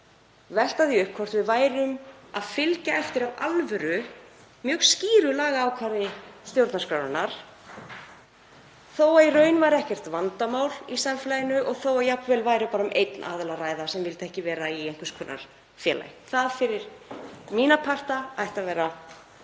velta því upp hvort við værum að fylgja eftir af alvöru mjög skýru lagaákvæði stjórnarskrárinnar þó að í raun væri ekkert vandamál í samfélaginu og þó að jafnvel væri bara um einn aðila að ræða sem vildi ekki vera í einhvers konar félagi. Það fyrir mína parta ætti að vera